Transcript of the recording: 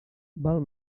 val